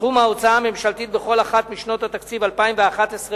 סכום ההוצאה הממשלתית בכל אחת משנות התקציב 2011 ואילך